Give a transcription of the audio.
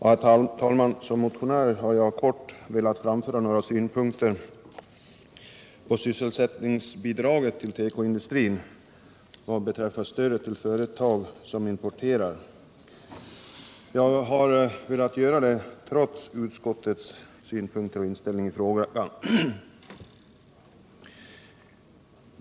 Herr talman! Som motionär vill jag kort framföra några synpunkter på sysselsättningsbidraget till tekoindustrin vad beträffar stödet till importerande företag, där jag inte delar utskottsmajoritetens inställning.